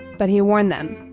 but he warned them.